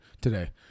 today